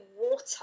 water